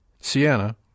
Sienna